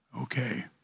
Okay